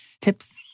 tips